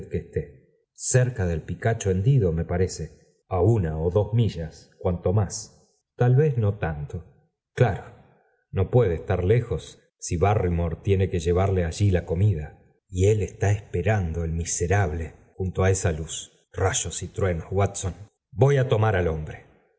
cerca del picacho hendido me parece a una ó dos millas cuando más tal vez no tanto claro no puede estar lejos si barrymore tiene que llevarle allí la comida y él está esperando el miserable junto á esa luz rayos y truenos watson voy á tomar al hombre